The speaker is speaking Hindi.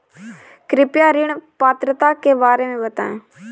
कृपया ऋण पात्रता के बारे में बताएँ?